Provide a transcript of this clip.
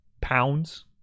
pounds